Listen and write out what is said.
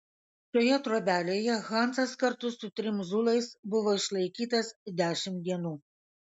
šioje trobelėje hansas kartu su trim zulais buvo išlaikytas dešimt dienų